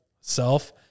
self